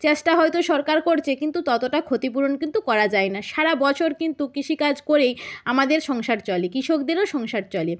চেষ্টা হয়তো সরকার করছে কিন্তু ততটা ক্ষতিপূরণ কিন্তু করা যায় না সারা বছর কিন্তু কৃষিকাজ করেই আমাদের সংসার চলে কৃষকদের সংসার চলে